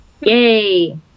Yay